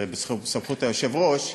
זה בסמכות היושב-ראש,